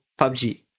PUBG